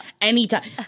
anytime